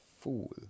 fool